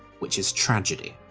which is tragedy.